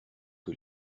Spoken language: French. que